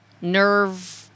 nerve